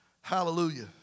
Hallelujah